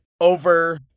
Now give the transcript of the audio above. over